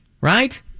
Right